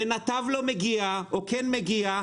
ונתב לא מגיע או כן מגיע,